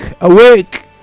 Awake